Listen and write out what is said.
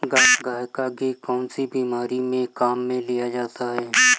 गाय का घी कौनसी बीमारी में काम में लिया जाता है?